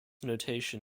notation